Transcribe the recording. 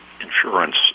insurance